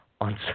on